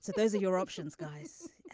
so those are your options guys.